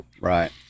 right